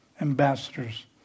ambassadors